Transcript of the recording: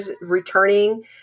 returning